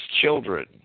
children